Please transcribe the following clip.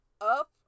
up